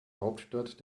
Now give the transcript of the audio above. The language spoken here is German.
hauptstadt